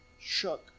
shook